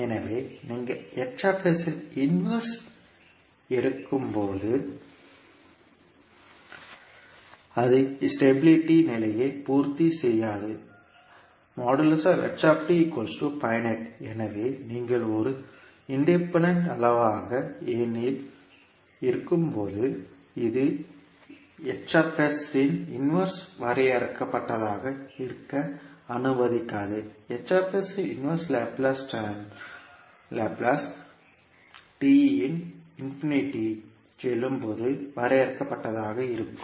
எனவே நீங்கள் இன் இன்வர்ஸ் எடுக்கும்போது அது ஸ்டபிலிடி நிலையை பூர்த்தி செய்யாது எனவே நீங்கள் ஒரு சுயாதீனமான அளவாக எண்ணில் இருக்கும்போது இது H இன் இன் வர்ஸ் வரையறுக்கப்பட்டதாக இருக்க அனுமதிக்காது இன் இன்வர்ஸ் லாப்லேஸ் t இன்ஃபினிட்டிக்கு செல்லும் போது வரையறுக்கப்பட்டதாக இருக்கும்